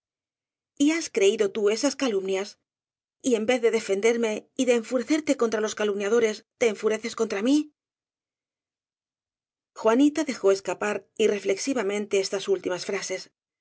viste y has creído tú esas calumnias y en vez de defenderme y de enfurecerte contra los calumnia dores te enfureces contra mí juanita dejó escapar irreflexivamente estas últi mas frases